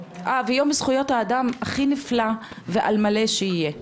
אה ויום זכויות האדם, הכי נפלא ועל מלא שיהיה.